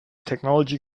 technology